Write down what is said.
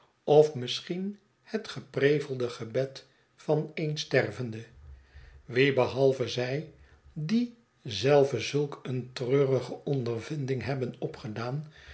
of misschien het geprevelde gebed van een stervende wie behalve zij die zelven zulk eene treurige ondervinding hebben opgedaan